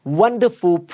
wonderful